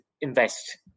invest